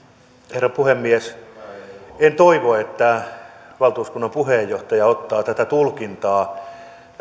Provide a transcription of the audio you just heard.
herra puhemies en toivo että valtuuskunnan puheenjohtaja ottaa tätä tulkintaa